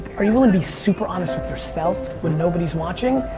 are you willing to be super honest with yourself when nobody's watching?